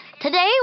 Today